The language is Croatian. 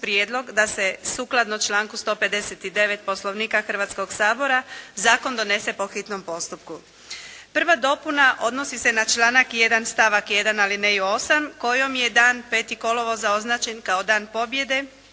prijedlog da se sukladno članku 159. Poslovnika Hrvatskog sabora zakon donese po hitnom postupku. Prva dopuna odnosi se na članak 1. stavak 1. alineju 8. kojom je dan 5. kolovoza označen kao Dan pobjede